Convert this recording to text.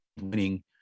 winning